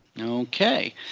Okay